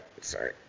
Sorry